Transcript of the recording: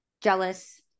jealous